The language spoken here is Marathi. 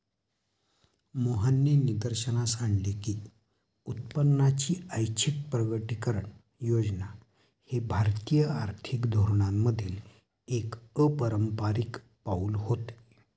मोहननी निदर्शनास आणले की उत्पन्नाची ऐच्छिक प्रकटीकरण योजना हे भारतीय आर्थिक धोरणांमधील एक अपारंपारिक पाऊल होते